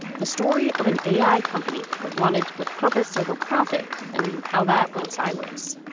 the story of an a i. company that wanted to put purpose over profit and how that went sideways.